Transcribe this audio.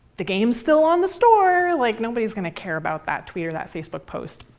the game's still on the store like nobody's going to care about that tweet or that facebook post.